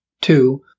Two